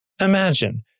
Imagine